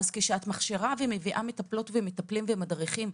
אז כשאת מכשירה ומביאה מטפלות ומטפלים ומדריכים,